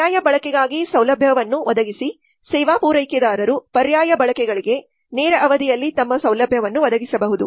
ಪರ್ಯಾಯ ಬಳಕೆಗಾಗಿ ಸೌಲಭ್ಯವನ್ನು ಒದಗಿಸಿ ಸೇವಾ ಪೂರೈಕೆದಾರರು ಪರ್ಯಾಯ ಬಳಕೆಗಳಿಗಾಗಿ ನೇರ ಅವಧಿಯಲ್ಲಿ ತಮ್ಮ ಸೌಲಭ್ಯವನ್ನು ಒದಗಿಸಬಹುದು